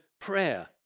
prayer